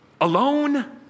alone